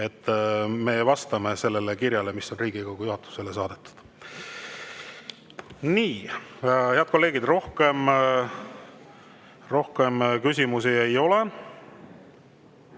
me vastame sellele kirjale, mis on Riigikogu juhatusele saadetud. Nii, head kolleegid, rohkem küsimusi ei ole.